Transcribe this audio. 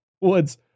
woods